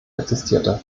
existierte